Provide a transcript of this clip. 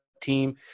team